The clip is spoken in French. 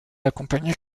accompagnait